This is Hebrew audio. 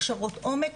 הכשרות עומק.